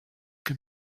can